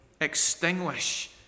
extinguish